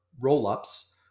roll-ups